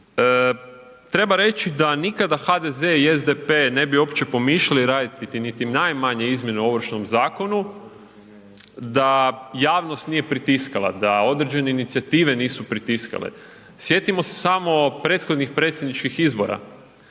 Treba reći da nikada HDZ i SDP ne bi uopće pomišljali raditi niti najmanje izmjene u Ovršnom zakonu da javnost nije pritiskala, da određene inicijative nisu pritiskale. Sjetimo se samo prethodnih predsjedničkih izbora,